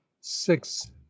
six